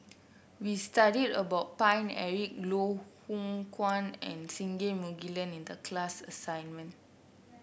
we studied about Paine Eric Loh Hoong Kwan and Singai Mukilan in the class assignment